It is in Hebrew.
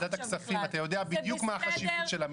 ועדת הכספים אתה יודע בדיוק מה החשיבות שלה,